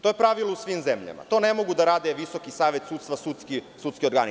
To je pravilo u svim zemljama, to ne mogu da rade Visoki savet sudstva, sudski organi.